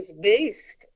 based